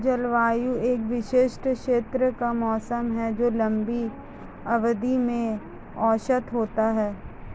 जलवायु एक विशिष्ट क्षेत्र का मौसम है जो लंबी अवधि में औसत होता है